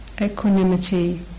equanimity